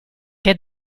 che